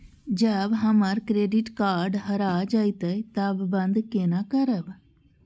जब हमर credit card हरा जयते तब बंद केना करब?